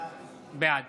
בעד